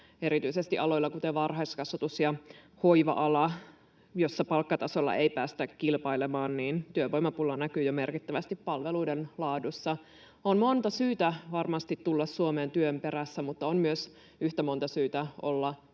Erityisesti aloilla, kuten varhaiskasvatus ja hoiva-ala, joilla palkkatasolla ei päästä kilpailemaan, työvoimapula näkyy jo merkittävästi palveluiden laadussa. On varmasti monta syytä tulla Suomeen työn perässä, mutta on myös yhtä monta syytä olla